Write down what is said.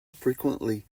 frequently